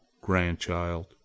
grandchild